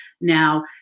Now